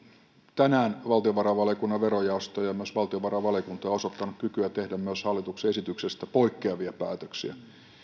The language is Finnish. tänään valtiovarainvaliokunnan verojaosto ja myös valtiovarainvaliokunta ovat osoittaneet kykyä tehdä myös hallituksen esityksestä poikkeavia päätöksiä